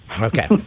Okay